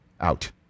Out